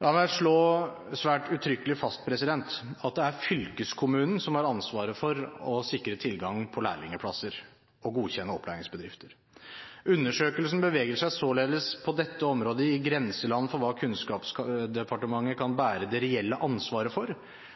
La meg slå svært uttrykkelig fast at det er fylkeskommunen som har ansvaret for å sikre tilgangen på lærlingplasser og for å godkjenne opplæringsbedrifter. Undersøkelsen beveger seg således på dette området i grenselandet for hva Kunnskapsdepartementet kan bære det reelle ansvaret for,